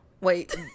Wait